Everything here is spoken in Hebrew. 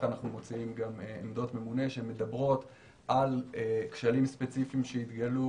אנחנו מוציאים גם עמדות ממונה שמדברות על כשלים ספציפיים שהתגלו.